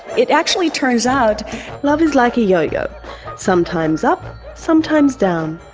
it actually turns out love is like a yo yo sometimes up, sometimes down.